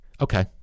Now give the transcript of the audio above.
Okay